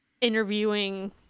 Interviewing